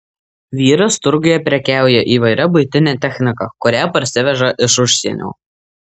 vyras turguje prekiauja įvairia buitine technika kurią parsiveža iš užsienio